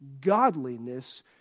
godliness